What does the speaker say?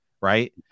Right